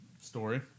story